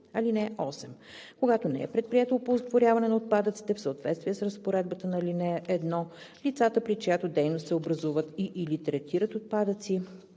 ал. 3. (8) Когато не е предприето оползотворяване на отпадъците в съответствие с разпоредбата на ал. 1, лицата, при чиято дейност се образуват и/или третират отпадъци,